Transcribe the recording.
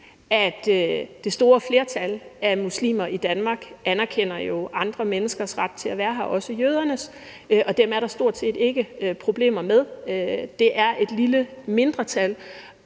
at det store flertal af muslimer i Danmark anerkender andre menneskers ret til at være her, også jødernes, og dem er der stort set ikke problemer med. Det er et lille mindretal,